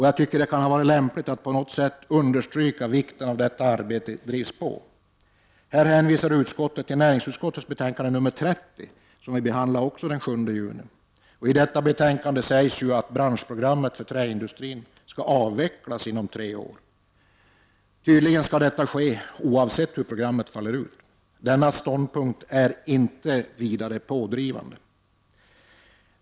Jag tycker att det är lämpligt att på något sätt understryka vikten av att detta arbete påskyndas. Här hänvisar utskottet till näringsutskottets betänkande nr 30, som även det behandlades den 7 juni. I detta betänkande framhålls ju att branschprogrammet för träindustrin skall avvecklas inom tre år. Tydligen skall detta ske oavsett hur programmet faller ut. Denna ståndpunkt är inte vidare pådrivande.